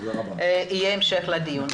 יהיה המשך לדיון.